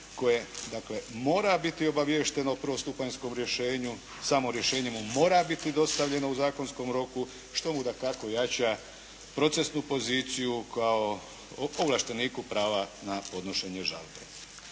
koje mora biti obaviješteno o prvostupanjskom rješenju. Samo rješenje mu mora biti dostavljeno u zakonskom roku što mu dakako jača procesnu poziciju kao ovlašteniku prava na podnošenje žalbe.